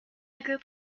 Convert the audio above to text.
group